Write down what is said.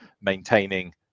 maintaining